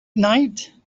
night